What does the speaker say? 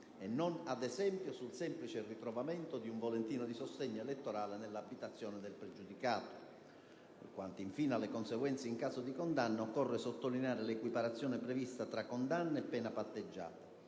e non, ad esempio, sul semplice ritrovamento di un volantino di sostegno elettorale nell'abitazione del pregiudicato. Quanto infine alle conseguenze in caso di condanna, occorre sottolineare l'equiparazione prevista tra la condanna e la pena patteggiata.